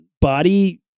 body